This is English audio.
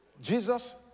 Jesus